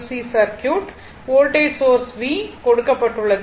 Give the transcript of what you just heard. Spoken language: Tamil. C circuit voltage source V கொடுக்கப்பட்டுள்ளது